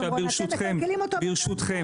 אני רוצה